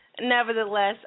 Nevertheless